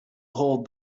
hold